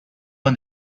won